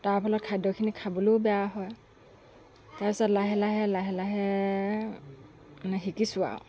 তাৰ ফলত খাদ্যখিনি খাবলেও বেয়া হয় তাৰ পাছত লাহে লাহে লাহে লাহে মানে শিকিছোঁ আৰু